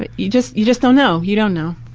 but you just you just don't know. you don't know